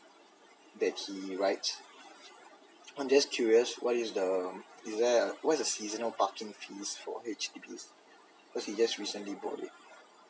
that he rides I'm just curious what is the is there what's the seasonal parking fees for H_D_B cause he just recently bought it